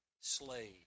slave